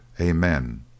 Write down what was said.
Amen